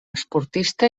esportista